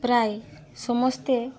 ପ୍ରାୟ ସମସ୍ତେ